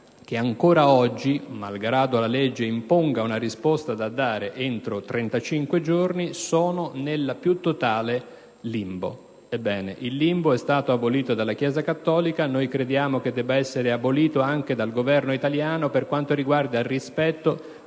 che ancora oggi, malgrado la legge imponga che sia fornita loro una risposta entro 35 giorni, si trovano nel più totale limbo. Ebbene, il limbo è stato abolito dalla Chiesa cattolica. Noi crediamo debba essere abolito anche dal Governo italiano per quanto riguarda il rispetto